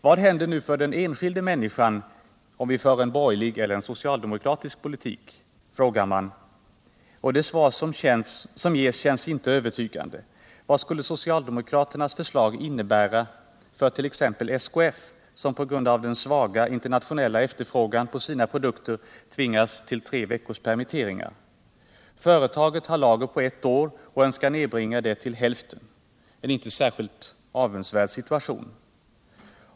Vad händer nu för den enskilda människan om vi i stället för en borgerlig politik för en socialdemokratisk, frågar man. Det svar som ges känns inte övertygande. Vad skulle socialdemokraternas förslag innebära fört.ex. SKF, som på grund av den svaga internationella efterfrågan på sina produkter tvingas till tre veckors permitteringar? Företaget har lager för ett år och önskar nedbringa det till hälften — en inte särskilt avundsvärd situation.